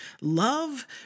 Love